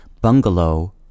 bungalow